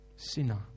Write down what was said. Sinner